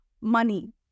Money